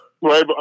right